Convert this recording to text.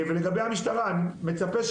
אני מצפה,